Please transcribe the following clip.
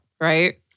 right